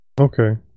Okay